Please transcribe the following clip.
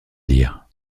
lire